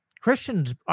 Christians